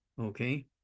Okay